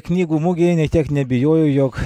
knygų mugėj nė kiek neabejoju jog